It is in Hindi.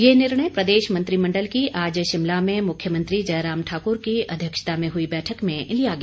ये निर्णय प्रदेश मंत्रिमंडल की आज शिमला में मुख्यमंत्री जयराम ठाकुर की अध्यक्षता में हुई बैठक में लिया गया